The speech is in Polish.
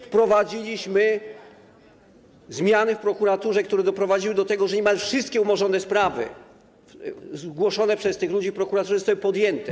Wprowadziliśmy zmiany w prokuraturze, które doprowadziły do tego, że niemal wszystkie umorzone sprawy, które były zgłoszone przez tych ludzi w prokuraturze, zostały podjęte.